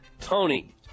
Tony